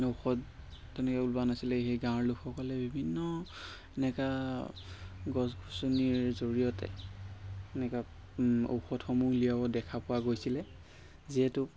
ঔষধ তেনেকৈ ওলোৱা নাছিলে সেই গাঁৱৰ লোকসকলে বিভিন্ন এনেকুৱা গছ গছনিৰ জৰিয়তে তেনেকুৱা ঔষধসমূহ উলিয়াব দেখা পোৱা গৈছিলে যিহেতু